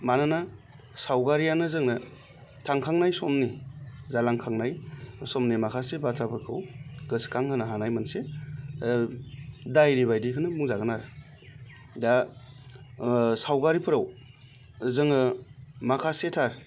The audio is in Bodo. मानोना सावगारियानो जोंनो थांखांनाय समनि जालांखांनाय समनि माखासे बाथ्राफोरखौ गोसोखां होनो हानाय मोनसे डायरि बादिखौनो बुंजागोन आरो दा सावगारिफोराव जोङो माखासेथार